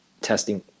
testing